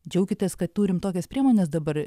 džiaukitės kad turim tokias priemones dabar